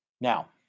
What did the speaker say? now